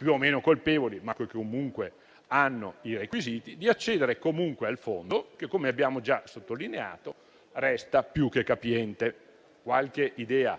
più o meno colpevoli ma comunque hanno i requisiti, di accedere al fondo che, come abbiamo già sottolineato, resta più che capiente. Qualche idea